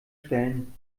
stellen